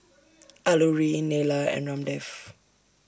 Alluri Neila and Ramdev